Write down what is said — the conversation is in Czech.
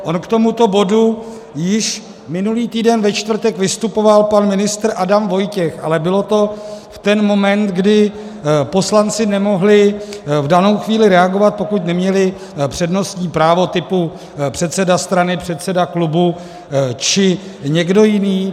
On k tomuto bodu již minulý týden ve čtvrtek vystupoval pan ministr Adam Vojtěch, ale bylo to v ten moment, kdy poslanci nemohli v danou chvíli reagovat, pokud neměli přednostní právo typu předseda strany, předseda klubu či někdo jiný.